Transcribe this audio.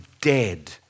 dead